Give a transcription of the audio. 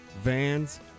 vans